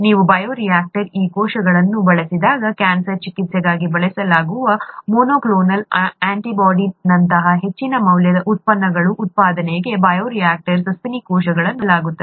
ನೀವು ಬಯೋ ರಿಯಾಕ್ಟರ್ನಲ್ಲಿ ಈ ಕೋಶಗಳನ್ನು ಬಳಸಿದಾಗ ಕ್ಯಾನ್ಸರ್ ಚಿಕಿತ್ಸೆಗಾಗಿ ಬಳಸಲಾಗುವ ಮೊನೊಕ್ಲೋನಲ್ ಅಂಟಿಬಾಡಿನಂತಹ ಹೆಚ್ಚಿನ ಮೌಲ್ಯದ ಉತ್ಪನ್ನಗಳ ಉತ್ಪಾದನೆಗೆ ಬಯೋ ರಿಯಾಕ್ಟರ್ನಲ್ಲಿ ಸಸ್ತನಿ ಕೋಶಗಳನ್ನು ಬಳಸಲಾಗುತ್ತದೆ